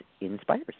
inspires